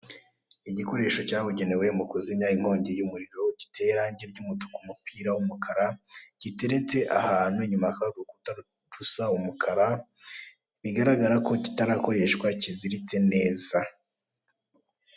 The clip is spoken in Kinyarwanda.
Igikoresho cyabugenewe mu kuzimya inkongi y'umuriro giteye irangi ry'umutuku, umupira w'umukara giteretse ahantu inyuma y'urukuta rusa umukara bigaragara ko kitarakoreshwa kiziritse neza.